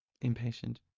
Impatient